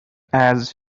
ارزش